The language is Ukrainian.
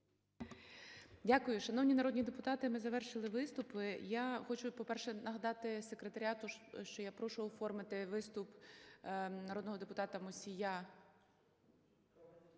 Дякую. Шановні народні депутати, ми завершили виступи. Я хочу, по-перше, нагадати секретаріату, що я прошу оформити виступ народного депутата Мусія